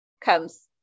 comes